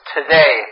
today